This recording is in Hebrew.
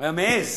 היה מעז